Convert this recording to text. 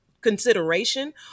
consideration